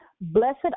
Blessed